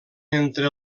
entre